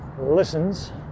listens